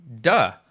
Duh